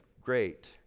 great